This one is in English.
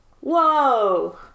whoa